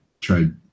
tried